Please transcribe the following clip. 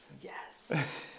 yes